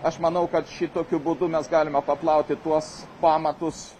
aš manau kad šitokiu būdu mes galime paplauti tuos pamatus